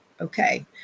okay